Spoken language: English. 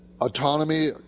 autonomy